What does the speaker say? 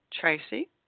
Tracy